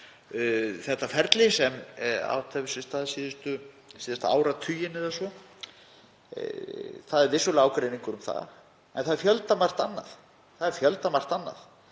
þetta ferli sem átt hefur sér stað síðasta áratuginn eða svo. Vissulega er ágreiningur um það en það er fjöldamargt annað.